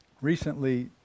Recently